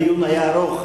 הדיון היה ארוך,